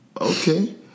Okay